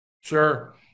Sure